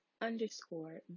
underscore